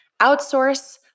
Outsource